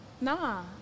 Nah